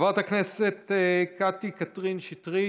חברת הכנסת קטי קטרין שטרית,